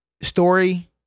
story